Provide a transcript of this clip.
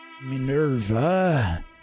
Minerva